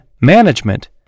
management